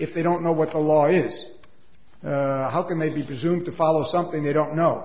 if they don't know what the law is how can they be presumed to follow something they don't know